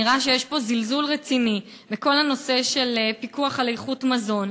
נראה שיש פה זלזול רציני בכל הנושא של פיקוח על איכות המזון.